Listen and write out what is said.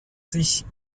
sich